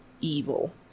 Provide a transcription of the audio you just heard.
evil